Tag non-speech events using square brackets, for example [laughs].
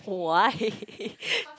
why [laughs]